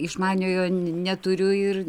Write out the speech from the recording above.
išmaniojo n neturiu ir